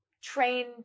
train